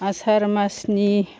आसार मासनि